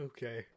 Okay